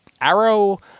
Arrow